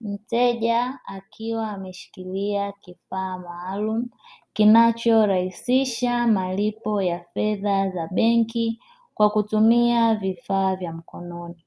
Mteja akiwa ameshikilia kifaa maalumu kinachorahisisha malipo ya fedha za benki kwa kutumia vifaa vya mkononi.